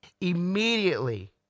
immediately